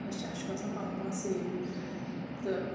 أسۍ چھِ اسہِ چھُ باسان پنُن پان سیف تہٕ